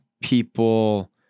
people